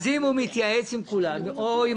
אם הוא מתייעץ עם כולם, או עם